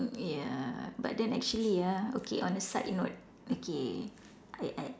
ya but then actually ah okay on a side note okay I I